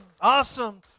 Awesome